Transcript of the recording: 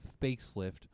facelift